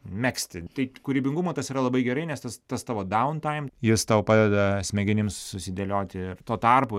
megzti tai kūrybingumo tas yra labai gerai nes tas tas tavo dauntaim jis tau padeda smegenims susidėlioti tuo tarpu rė